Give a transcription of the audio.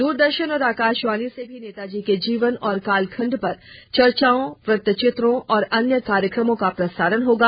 द्रदर्शन और आकाशवाणी से भी नेताजी के जीवन और कालखंड पर चर्चाओं वृत्तचित्रों और अन्य कार्यक्रमों का प्रसारण होगा